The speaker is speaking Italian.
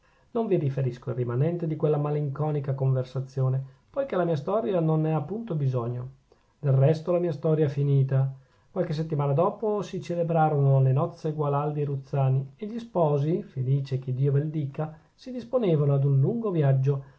non vi riferisco il rimanente di quella malinconica conversazione poichè la mia storia non ne ha punto bisogno del resto la mia storia è finita qualche settimana dopo si celebrarono le nozze gualandi ruzzani e gli sposi felici che dio vel dica si disponevano ad un lungo viaggio